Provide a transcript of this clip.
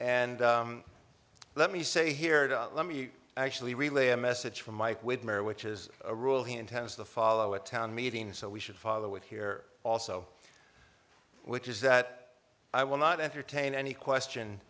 and let me say here let me actually relay a message from mike widmer which is a rule he intends to follow a town meeting so we should follow it here also which is that i will not entertain any question